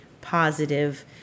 positive